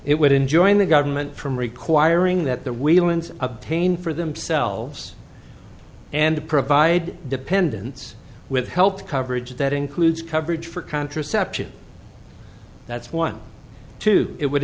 it would enjoin the government from requiring that the whelan's obtain for themselves and to provide dependents with health coverage that includes coverage for contraception that's one two it would